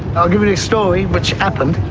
i'll give you a story which happened.